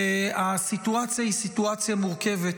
כי הסיטואציה היא סיטואציה מורכבת.